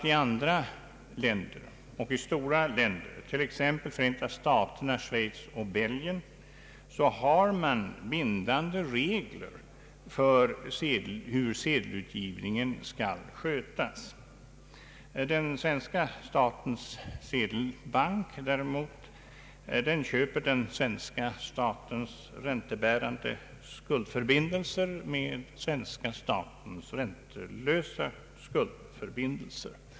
I andra länder, t.ex. Förenta staterna, Schweiz och Belgien, finns bindande regler för hur sedelutgivningen skall skötas. Den svenska statens sedelbank köper den svenska statens räntebärande skuldförbindelser med svenska statens räntelösa skuldförbindelser.